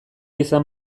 izan